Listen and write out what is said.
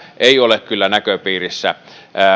ei ole kyllä näköpiirissä